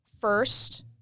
first